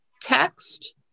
text